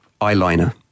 eyeliner